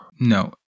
No